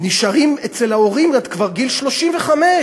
נשארים אצל ההורים כבר עד גיל 35,